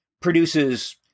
produces